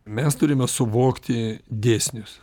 mes turime suvokti dėsnius